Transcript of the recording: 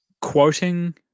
quoting